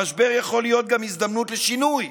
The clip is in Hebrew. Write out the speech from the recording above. המשבר יכול להיות גם הזדמנות לשינוי,